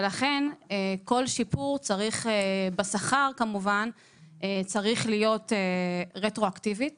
ולכן כל שיפור בשכר צריך להיות רטרואקטיבית